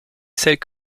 celles